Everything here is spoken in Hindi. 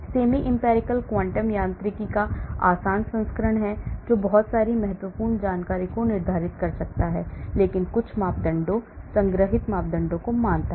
सेमी एम्पिरिकल क्वांटम यांत्रिकी का आसान संस्करण है जो बहुत सारी महत्वपूर्ण जानकारी भी निर्धारित कर सकता है लेकिन यह कुछ मापदंडों संग्रहीत मापदंडों को मानता है